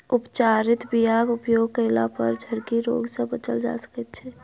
उपचारित बीयाक उपयोग कयलापर झरकी रोग सँ बचल जा सकैत अछि